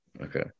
Okay